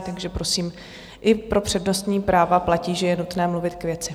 Takže prosím, i pro přednostní práva platí, že je nutné mluvit k věci.